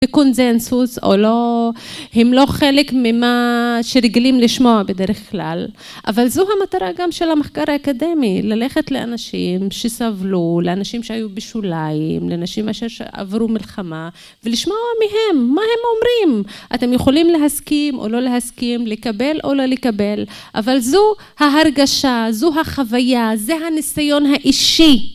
בקונזנזוס או לא, הם לא חלק ממה שרגילים לשמוע בדרך כלל, אבל זו המטרה גם של המחקר האקדמי, ללכת לאנשים שסבלו, לאנשים שהיו בשוליים, לנשים אשר עברו מלחמה, ולשמוע מהם, מה הם אומרים, אתם יכולים להסכים או לא להסכים, לקבל או לא לקבל, אבל זו ההרגשה, זו החוויה, זה הניסיון האישי.